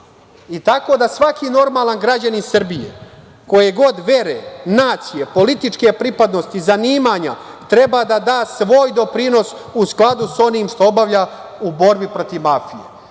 Tako da, svaki normalan građanin Srbije, koje god vere, nacije, političke pripadnosti, zanimanja, treba da da svoj doprinos u skladu sa onim što obavlja u borbi protiv mafije,